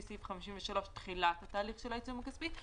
סעיף 53 בתחילת התהליך של העיצום הכספי,